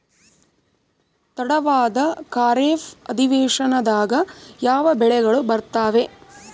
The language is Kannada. ತಡವಾದ ಖಾರೇಫ್ ಅಧಿವೇಶನದಾಗ ಯಾವ ಬೆಳೆಗಳು ಬರ್ತಾವೆ?